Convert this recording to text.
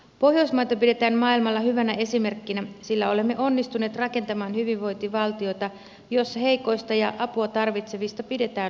pohjoismaita pidetään maailmalla hyvänä esimerkkinä sillä olemme onnistuneet rakentamaan hyvinvointivaltiota jossa heikoista ja apua tarvitsevista pidetään huolta